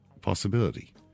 possibility